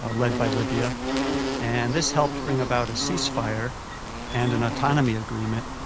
ah led by libya and this helped bring about a ceasefire and an autonomy agreement,